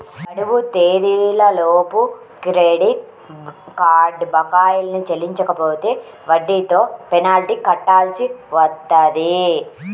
గడువు తేదీలలోపు credit card బకాయిల్ని చెల్లించకపోతే వడ్డీతో పెనాల్టీ కట్టాల్సి వత్తది